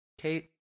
Kate